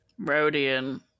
Rodian